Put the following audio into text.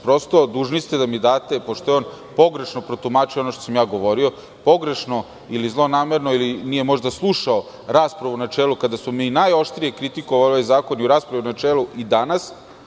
Prosto, dužni ste da mi date, pošto je on pogrešno protumačio ono što sam govorio, pogrešno ili zlonamerno ili nije možda slušao raspravu u načelu, kada smo mi najoštrije kritikovali ovaj zakon i u raspravi u načelu i danas.